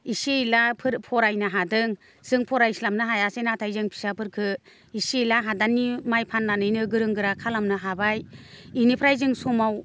इसे इलाफोर फरायनो हादों जों फरायस्लाबनो हायासै नाथाय जों फिसाफोरखो इसे इला हादाननि माइ फाननानैनो गोरों गोरा खालामनो हाबाय बेनिफ्राय जों समाव